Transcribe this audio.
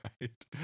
right